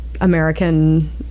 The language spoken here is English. American